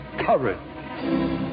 Courage